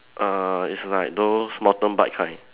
err it's like those mountain bike kind